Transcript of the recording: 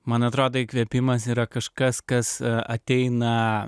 man atrodo įkvėpimas yra kažkas kas ateina